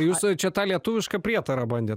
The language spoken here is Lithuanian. jūs čia tą lietuvišką prietarą bandėt